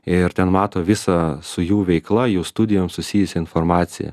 ir ten mato visą su jų veikla jų studijom susijusią informaciją